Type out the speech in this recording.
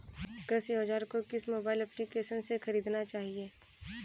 कृषि औज़ार को किस मोबाइल एप्पलीकेशन से ख़रीदना चाहिए?